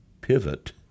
pivot